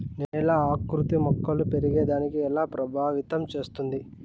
నేల ఆకృతి మొక్కలు పెరిగేదాన్ని ఎలా ప్రభావితం చేస్తుంది?